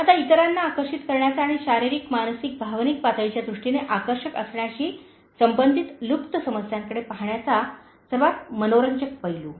आता इतरांना आकर्षित करण्याचा आणि शारीरिक मानसिक भावनिक पातळीच्या दृष्टीने आकर्षक असण्याशी संबंधित लुप्त समस्यांकडे पाहण्याचा सर्वात मनोरंजक पैलू